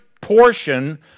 portion